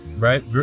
Right